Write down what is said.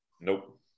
Nope